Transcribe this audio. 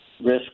risk